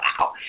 wow